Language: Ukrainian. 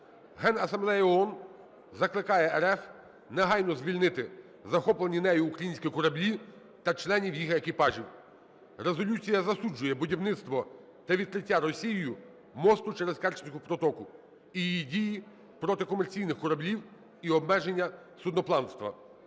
Генасамблея ООН закликає РФ негайно звільнити захоплені нею українські кораблі та членів їх екіпажів. Резолюція засуджує будівництво та відкриття Росією мосту через Керченську протоку і її дії проти комерційних кораблів і обмеження судноплавства.